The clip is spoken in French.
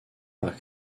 par